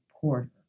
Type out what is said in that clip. Porter